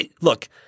Look